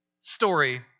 story